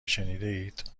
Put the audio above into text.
شنیدهاید